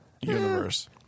universe